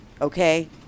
Okay